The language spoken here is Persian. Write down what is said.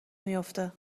میافته